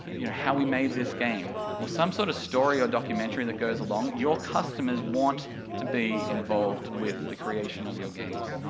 you know, how we made this game, or some sort of story or documentary that goes along, your customers want to be involved with the creation of your games,